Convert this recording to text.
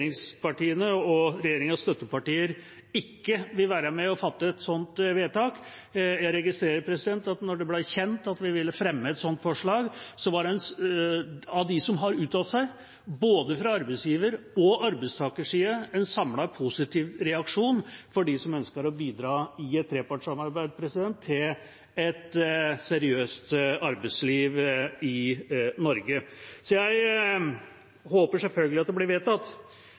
og regjeringas støttepartier ikke vil være med og fatte et sånt vedtak. Jeg registrerte, da det ble kjent at vi ville fremme et sånt forslag, at det blant dem som uttalte seg, både fra arbeidsgiver- og fra arbeidstakersiden, var en samlet positiv reaksjon fra dem som ønsker å bidra i et trepartssamarbeid til et seriøst arbeidsliv i Norge. Jeg håper selvfølgelig at det blir vedtatt,